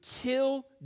kill